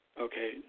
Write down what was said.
Okay